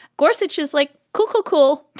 gorsuch is like, cool, cool, cool.